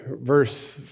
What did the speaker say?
verse